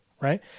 right